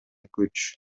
күч